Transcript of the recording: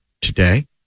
today